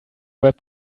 web